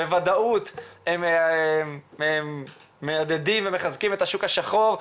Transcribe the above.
בוודאות הם מעודדים ומחזקים את השוק השחור.